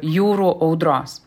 jūrų audros